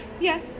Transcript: Yes